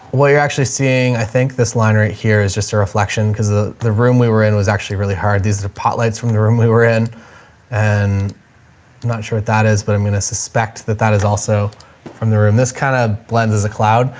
what you're actually seeing, i think this line right here is just a reflection cause the, the room we were in was actually really hard. these are the pot lights from the room we were in and i'm not sure what that is, but um going to suspect that that is also from the room. this kind of blends as a cloud.